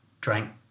drank